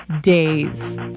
days